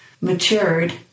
matured